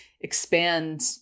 expand